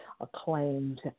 acclaimed